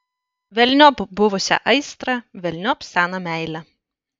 velniop buvusią aistrą velniop seną meilę